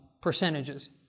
percentages